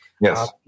yes